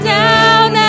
down